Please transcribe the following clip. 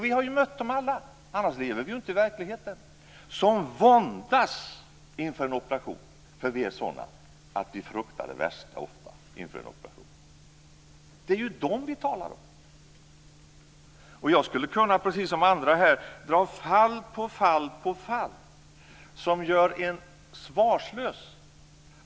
Vi har alla - annars lever vi inte i verkligheten - mött dem som våndas inför en operation. Vi är ofta sådana att vi fruktar det värsta inför en operation. Det är människor i den situationen som vi talar om. Jag skulle precis som andra här kunna räkna upp fall på fall som gjort mig svarslös.